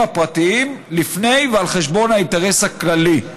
הפרטיים לפני ועל חשבון האינטרס הכללי,